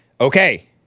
Okay